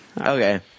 Okay